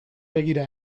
begira